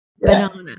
banana